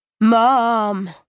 mom